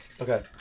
okay